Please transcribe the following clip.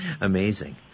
Amazing